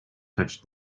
touched